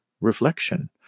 reflection